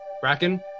Bracken